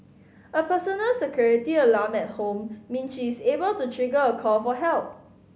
a personal security alarm at home means she is able to trigger a call for help